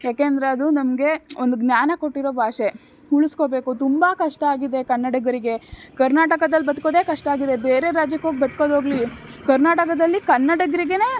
ಯಾಕೆಂದರೆ ಅದು ನಮಗೆ ಒಂದು ಜ್ಞಾನ ಕೊಟ್ಟಿರೊ ಭಾಷೆ ಉಳಿಸ್ಕೊಬೇಕು ತುಂಬ ಕಷ್ಟ ಆಗಿದೆ ಕನ್ನಡಿಗರಿಗೆ ಕರ್ನಾಟಕದಲ್ಲಿ ಬದುಕೋದೇ ಕಷ್ಟ ಆಗಿದೆ ಬೇರೆ ರಾಜ್ಯಕ್ಕೋಗಿ ಬದ್ಕೊದು ಹೋಗ್ಲಿ ಕರ್ನಾಟಕದಲ್ಲಿ ಕನ್ನಡಿಗರಿಗೆನೇ